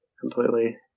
Completely